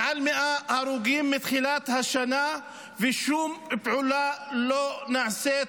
מעל 100 הרוגים מתחילת השנה, ושום פעולה לא נעשית